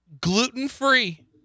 gluten-free